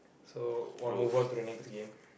so want move on to the next game